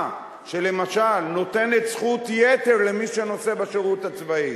שלמשל נותנת זכות יתר למי שנושא בשירות הצבאי?